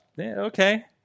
Okay